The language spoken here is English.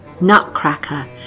nutcracker